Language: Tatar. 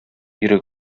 ирек